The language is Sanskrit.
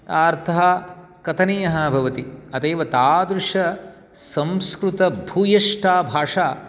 अर्थः कथनीयः भवति अतैव तादृश संस्कृतभूयिष्ठा भाषा